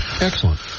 excellent